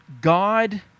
God